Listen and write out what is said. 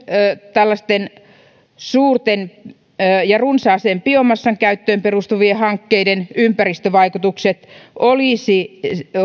tällaisten suurten ja runsaaseen biomassan käyttöön perustuvien hankkeiden ympäristövaikutukset olisi